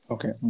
Okay